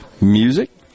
music